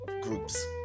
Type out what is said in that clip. groups